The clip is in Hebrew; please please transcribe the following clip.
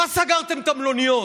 מה סגרתם את המלוניות?